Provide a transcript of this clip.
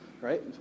right